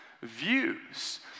views